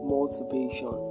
Motivation